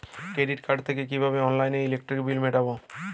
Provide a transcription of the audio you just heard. Credit card থেকে কিভাবে অনলাইনে ইলেকট্রিক বিল মেটাবো?